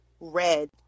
red